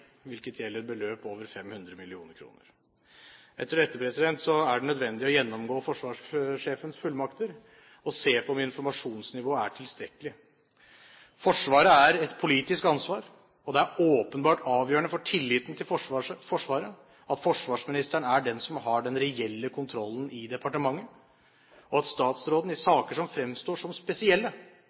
hvilket gjelder beløp over 500 mill. kr. Etter dette er det nødvendig å gjennomgå forsvarssjefens fullmakter og se på om informasjonsnivået er tilstrekkelig. Forsvaret er et politisk ansvar, og det er åpenbart avgjørende for tilliten til Forsvaret at forsvarsministeren er den som har den reelle kontrollen i departementet, og at statsråden i saker som fremstår som spesielle,